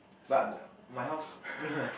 but my house